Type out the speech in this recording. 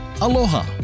Aloha